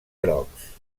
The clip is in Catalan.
grocs